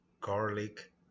garlic